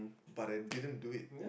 but I didn't do it